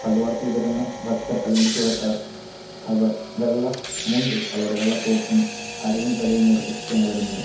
പള്ളിയോടത്തിൽ വരുന്ന ഭക്തർ അല്ലെങ്കിൽ തുഴക്കാർ അവർ വെള്ള മുണ്ടും അതുപോലെ വെള്ള തോർത്തും അരയും തലയും മുറുക്കി കെട്ടിയാണ് വരുന്നത്